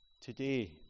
today